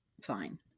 fine